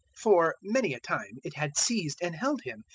for many a time it had seized and held him,